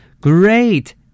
Great